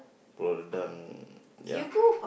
Pulau Redang ya